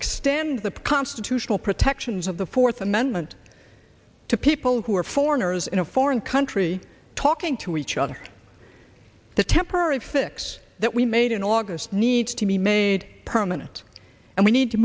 extend the pecans to show protections of the fourth amendment to people who are foreigners in a foreign country talking to each other for the temporary fix that we made in august need to be made permanent and we need to